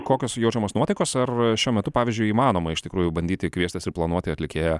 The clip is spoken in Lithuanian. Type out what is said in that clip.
kokios jaučiamos nuotaikos ar šiuo metu pavyzdžiui įmanoma iš tikrųjų bandyti kviestis ir planuoti atlikėją